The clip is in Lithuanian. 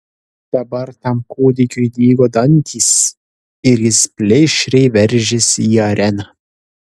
dabar tam kūdikiui dygo dantys ir jis plėšriai veržėsi į areną